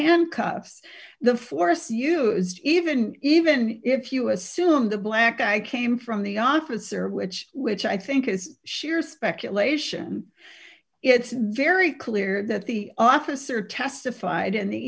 handcuffs the force used even even if you assume the black guy came from the officer which which i think is sheer speculation it's very clear that the officer testified and the